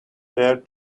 their